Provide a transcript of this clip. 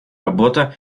работа